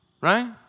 Right